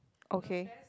okay